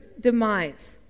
demise